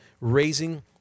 raising